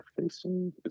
facing